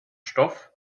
stoff